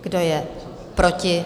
Kdo je proti?